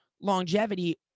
longevity